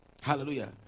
Hallelujah